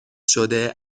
شده